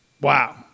Wow